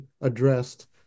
addressed